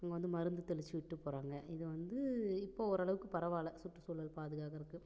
அங்கே வந்து மருந்து தெளிச்சு விட்டு போகிறாங்க இது வந்து இப்போது ஓரளவுக்கு பரவாயில்ல சுற்றுசூழல் பாதுகாக்கிறதுக்கு